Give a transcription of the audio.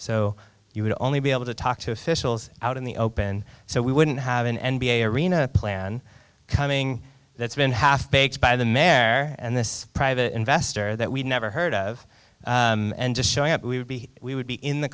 so you would only be able to talk to officials out in the open so we wouldn't have an n b a arena plan coming that's been half baked by the mare and this private investor that we'd never heard of and just showing up we would be we would be in the